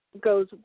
goes